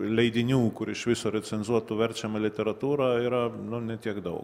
leidinių kur iš viso recenzuotų verčiama literatūra yra ne tiek daug